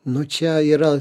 nu čia yra